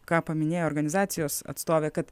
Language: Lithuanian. ką paminėjo organizacijos atstovė kad